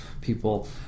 people